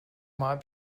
might